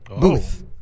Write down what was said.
booth